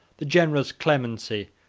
the generous clemency,